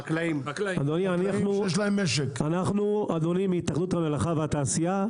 אנחנו חקלאים עצמאיים מהתאחדות המלאכה והתעשייה.